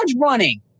running